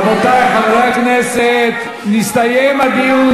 רבותי חברי הכנסת, נסתיים הדיון.